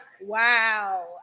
Wow